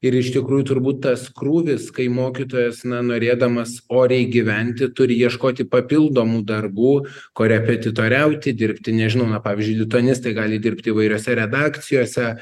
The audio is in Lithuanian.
ir iš tikrųjų turbūt tas krūvis kai mokytojas na norėdamas oriai gyventi turi ieškoti papildomų darbų korepetitoriauti dirbti nežinau na pavyzdžiui lituanistai gali dirbt įvairiose redakcijose